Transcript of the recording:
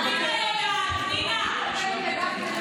פנינה יודעת.